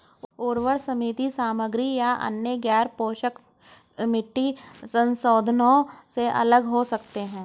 उर्वरक सीमित सामग्री या अन्य गैरपोषक मिट्टी संशोधनों से अलग हो सकते हैं